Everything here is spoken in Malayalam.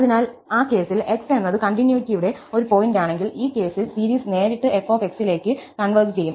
അതിനാൽ ആ കേസിൽ x എന്നത് കണ്ടിന്യൂറ്റിയുടെ ഒരു പോയിന്റാണെങ്കിൽ ഈ കേസിൽ സീരീസ് നേരിട്ട് f ലേക്ക് കൺവെർജ് ചെയ്യും